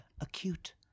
acute